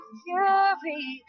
fury